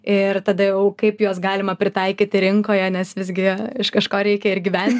ir tada jau kaip juos galima pritaikyti rinkoje nes visgi iš kažko reikia ir gyven